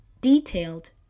detailed